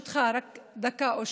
ברשותך, רק דקה או שתיים.